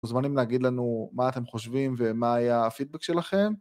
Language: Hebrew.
מוזמנים להגיד לנו... מה אתם חושבים, ומה היה הפידבק שלכם;